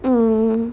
mm